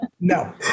No